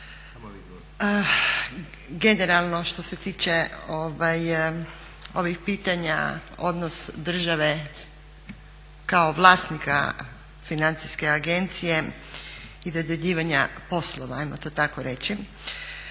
Generalno što se tiče ovih pitanja odnos države kao vlasnika FINA-e i dodjeljivanja poslova, ajmo to tako reći.